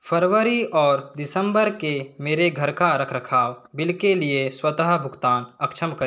फरवरी और दिसंबर के मेरे घर का रखरखाव बिल के लिए स्वतः भुगतान अक्षम करें